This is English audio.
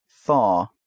thaw